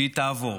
שהיא תעבור.